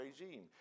regime